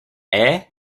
air